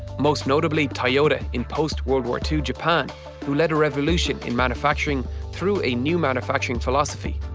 most notably toyota in post world war two japan who led a revolution in manufacturing through a new manufacturing philosophy,